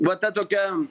va ta tokia